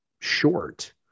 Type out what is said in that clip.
short